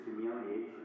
humiliation